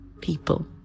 people